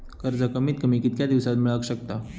कर्ज कमीत कमी कितक्या दिवसात मेलक शकता?